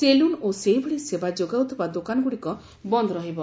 salon ଓ ସେହିଭଳି ସେବା ଯୋଗାଉଥିବା ଦୋକାନଗୁଡ଼ିକ ବନ୍ଦ ରହିବ